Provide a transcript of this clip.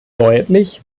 deutlich